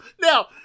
Now